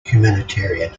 humanitarian